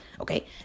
Okay